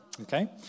Okay